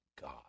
God